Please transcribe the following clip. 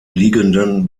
liegenden